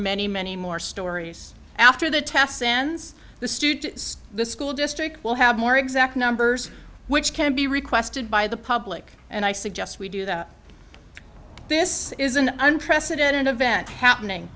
many many more stories after the test sans the student the school district will have more exact numbers which can be requested by the public and i suggest we do that this is an unprecedented event happening